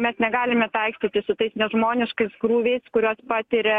mes negalime taikstytis su tais nežmoniškais krūviais kuriuos patiria